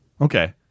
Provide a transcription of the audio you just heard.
Okay